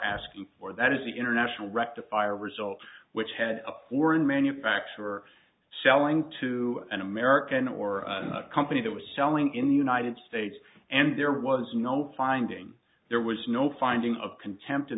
asking for that is the international rectifier result which had a poor in manufacturer selling to an american or a company that was selling in the united states and there was no finding there was no finding of contempt in